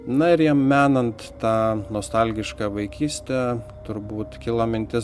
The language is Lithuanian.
na ir jam menant tą nostalgišką vaikystę turbūt kilo mintis